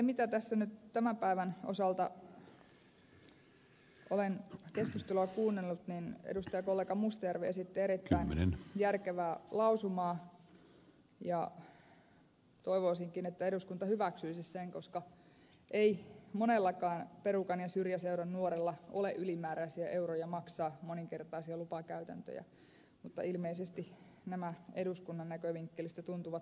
mitä tässä nyt tämän päivän osalta olen keskustelua kuunnellut edustajakollega mustajärvi esitti erittäin järkevää lausumaa ja toivoisinkin että eduskunta hyväksyisi sen koska ei monellakaan perukan ja syrjäseudun nuorella ole ylimääräisiä euroja maksaa moninkertaisia lupakäytäntöjä mutta ilmeisesti nämä eduskunnan näkövinkkelistä tuntuvat pieniltä rahoilta